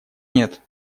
нет